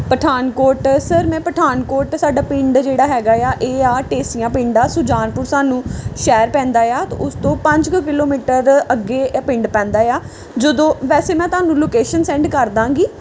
Pathankot sir ਮੈਂ ਪਠਾਨਕੋਟ ਸਾਡਾ ਪਿੰਡ ਜਿਹੜਾ ਹੈਗਾ ਆ ਇਹ ਆ ਟੇਸੀਆਂ ਪਿੰਡ ਆ ਸੁਜਾਨਪੁਰ ਸਾਨੂੰ ਸ਼ਹਿਰ ਪੈਂਦਾ ਆ ਅਤੇ ਉਸ ਤੋਂ ਪੰਜ ਕੁ ਕਿਲੋਮੀਟਰ ਅੱਗੇ ਇਹ ਪਿੰਡ ਪੈਂਦਾ ਆ ਜਦੋਂ ਵੈਸੇ ਮੈਂ ਤੁਹਾਨੂੰ ਲੋਕੇਸ਼ਨ ਸੈਂਡ ਕਰ ਦਾਂਗੀ